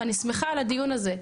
ואני שמחה על הדיון הזה.